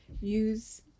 Use